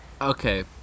Okay